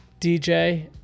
DJ